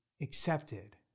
accepted